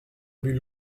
but